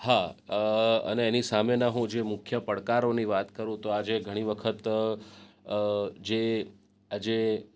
હા અને એની સામેનાં હું જે મુખ્ય પડકારોની વાત કરું તો આજે ઘણી વખત જે આજે જે